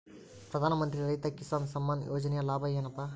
ಪ್ರಧಾನಮಂತ್ರಿ ರೈತ ಕಿಸಾನ್ ಸಮ್ಮಾನ ಯೋಜನೆಯ ಲಾಭ ಏನಪಾ?